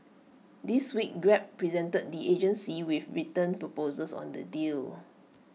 this week grab presented the agency with written proposals on the deal